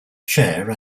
chair